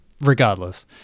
Regardless